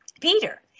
Peter